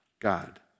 God